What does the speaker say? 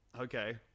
Okay